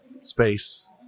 space